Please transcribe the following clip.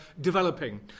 developing